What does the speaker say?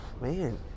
Man